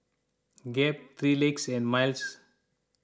Gap three Legs and Miles